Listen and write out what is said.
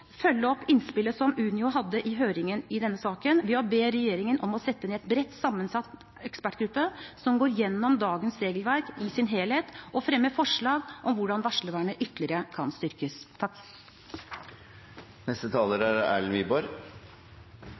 følge opp Unios innspill i høringen i denne saken ved å be regjeringen om å nedsette en bredt sammensatt ekspertgruppe som går gjennom dagens regelverk i sin helhet, og fremmer forslag til vedtak om hvordan varslervernet ytterligere kan styrkes.